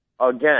again